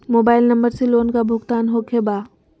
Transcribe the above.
Mobile number से loan का भुगतान होखे बा?